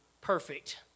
perfect